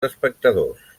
espectadors